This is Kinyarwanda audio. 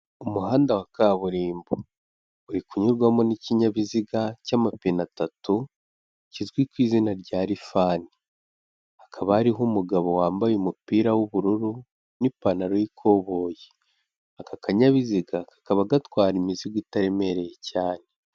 Umuhanda wa kaburimbo uri kunyurwamo n'ikinyabiziga cy'amapine atatu kizwi ku izina rya rifani, hakaba hariho umugabo wambaye umupira w'ubururu n'ipantaro y'ikoboyi, aka kanyabiziga kakaba gatwara imizigo itaremereye cyane.